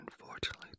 Unfortunately